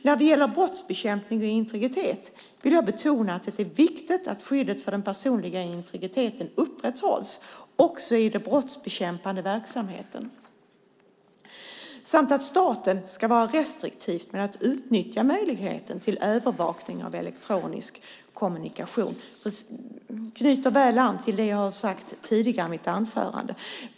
När det gäller brottsbekämpning och integritet vill jag betona att det är viktigt att skyddet för den personliga integriteten upprätthålls också i den brottsbekämpande verksamheten samt att staten ska vara restriktiv med att utnyttja möjligheten till övervakning av elektronisk kommunikation. Det knyter väl an till det jag har sagt tidigare i mitt anförande.